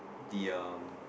they um